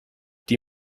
die